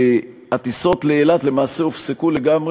נכון, להמשיך בדרך הזאת.